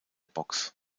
box